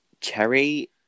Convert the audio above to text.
Cherry